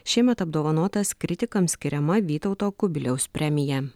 šiemet apdovanotas kritikams skiriama vytauto kubiliaus premija